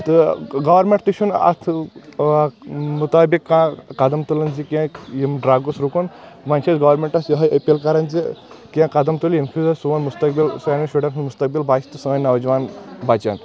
تہٕ گورمینٛٹ تہِ چھُنہٕ اتھ مطٲبِق کانٛہہ قدم تُلان زِ کینٛہہ یِم ڈرگ گوٚژھ رُکُن وۄنۍ چھِ أسۍ گورمینٛٹس یہے أپیٖل کران زِ کینٛہہ قدم تُلِو ییٚمہِ سۭتۍ زن سون مستقبل سانٮ۪ن شُرٮ۪ن ہُنٛد مستقبل بچہِ تہٕ سٲنۍ نوجوان بچن